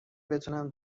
بتونم